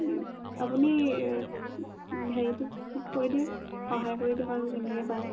আপুনি হেৰিটো কৰি দিয়ক সহায় কৰি দিয়ক আৰু কেনেকৈ পাৰে